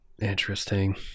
interesting